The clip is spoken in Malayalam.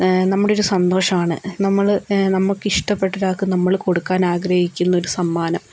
നമ്മുടെ ഒരു സന്തോഷമാണ് നമ്മള് നമുക്കിഷ്ടപ്പെട്ടൊരാൾക്ക് നമ്മള് കൊടുക്കാൻ ആഗ്രഹിക്കുന്ന ഒരു സമ്മാനം